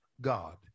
God